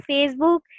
Facebook